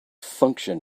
function